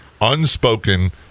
unspoken